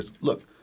look